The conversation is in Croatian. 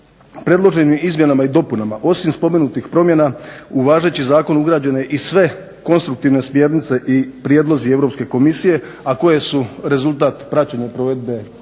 predloženim izmjenama i dopunama osim spomenutih promjena u važeći zakon ugrađene i sve konstruktivne smjernice i prijedlozi Europske komisije, a koje su rezultat praćenja provedbe,